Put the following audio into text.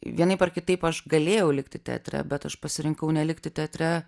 vienaip ar kitaip aš galėjau likti teatre bet aš pasirinkau nelikti teatre